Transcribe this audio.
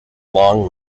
long